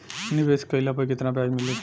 निवेश काइला पर कितना ब्याज मिली?